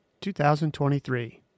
2023